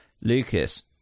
Lucas